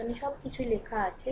এখানে সবকিছু লেখা আছে